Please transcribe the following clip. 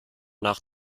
nach